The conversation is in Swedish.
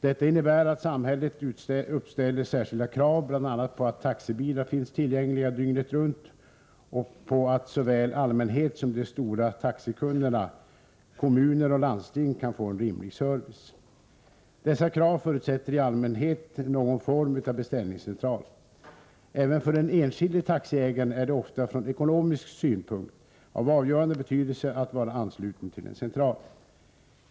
Detta innebär att samhället uppställer särskilda krav bl.a. på att taxibilar finns tillgängliga dygnet runt och på att såväl allmänhet som de stora taxikunderna kommuner och landsting kan få en rimlig service. Dessa krav förutsätter i allmänhet någon form av beställningscentral. Även för den enskilde taxiägaren är det ofta från ekonomisk synpunkt av avgörande betydelse att vara ansluten till en central.